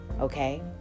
okay